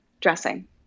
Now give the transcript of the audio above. dressing